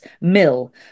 mill